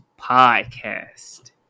Podcast